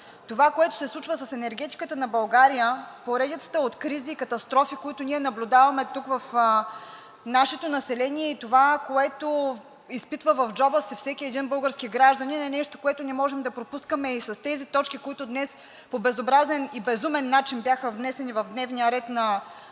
Това, което се случва с енергетиката на България, поредицата от кризи и катастрофи, които ние наблюдаваме тук в нашето население, и това, което изпитва в джоба си всеки един български гражданин, е нещо, което не можем да пропускаме. Тези точки, които днес по безобразен и безумен начин бяха внесени в дневния ред на